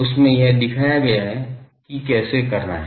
उसमें यह दिखाया गया है कि कैसे करना है